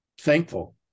thankful